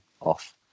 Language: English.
off